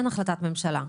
אין החלטת ממשלה.